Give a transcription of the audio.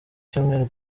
cyumweru